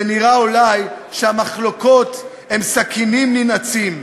זה נראה אולי שהמחלוקות הן סכינים ננעצים,